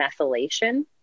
methylation